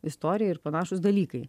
istorija ir panašūs dalykai